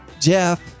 Jeff